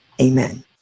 Amen